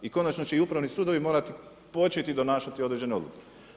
I konačno će i upravni sudovi morati početi donašati određene odluke.